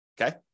okay